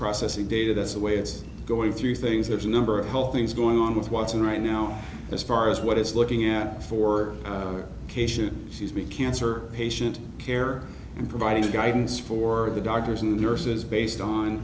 processing data that's the way it's going through things there's a number of health things going on with watson right now as far as what is looking at four k should she be cancer patient care and providing guidance for the doctors and nurses based on